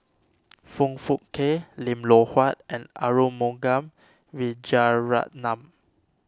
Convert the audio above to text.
Foong Fook Kay Lim Loh Huat and Arumugam Vijiaratnam